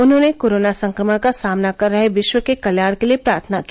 उन्होंने कोरोना संक्रमण का सामना कर रहे विश्व के कल्याण के लिए प्रार्थना की